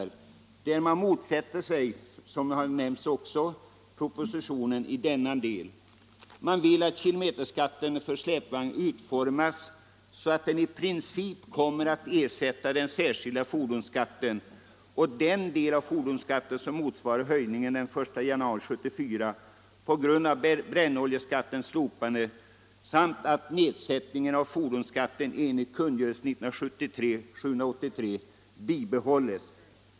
Som redan nämnts motsätter sig reservanterna propositionen i denna del och vill att kilometerskatten för släpvagnar utformas så, ”att den i princip kommer att ersätta den särskilda fordonsskatten och den del av fordonsskatten som motsvarar höjningen den 1 januari 1974 på grund av brännoljeskattens slopande samt att nedsättningen av fordonsskatt enligt kungörelsen bibehålls”.